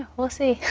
we'll see.